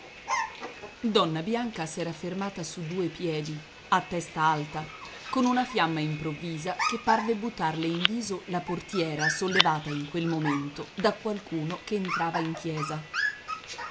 donna bianca s'era fermata su due piedi a testa alta con una fiamma improvvisa che parve buttarle in viso la portiera sollevata in quel momento da qualcuno che entrava in chiesa